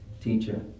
teacher